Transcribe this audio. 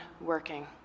working